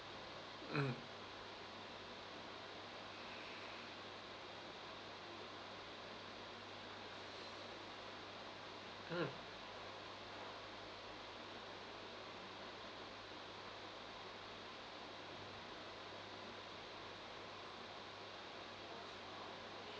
mm mm